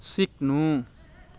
सिक्नु